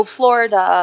Florida